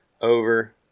Over